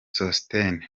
sosthene